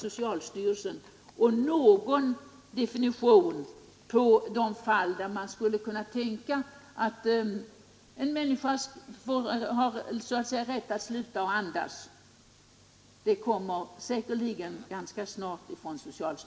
Socialstyrelsen kommer säkerligen att framlägga en definition på de fall, där det kan vara riktigt att ge en människa rätt att sluta andas.